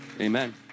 amen